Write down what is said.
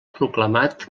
proclamat